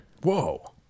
Whoa